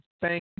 thank